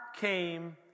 came